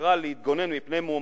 בחרה להתגונן מפני מועמדים,